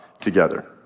together